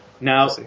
Now